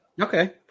Okay